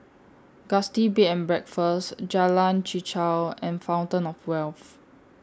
Gusti Bed and Breakfast Jalan Chichau and Fountain of Wealth